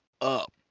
up